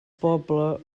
poble